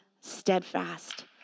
steadfast